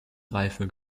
reife